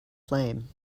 flame